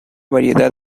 variedad